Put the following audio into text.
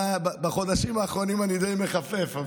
בחודשים האחרונים אני די מחפף,